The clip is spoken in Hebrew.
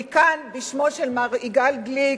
אני כאן בשמו של מר יגאל גליק,